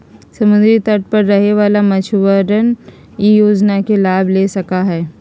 समुद्री तट पर रहे वाला मछुअरवन ई योजना के लाभ ले सका हई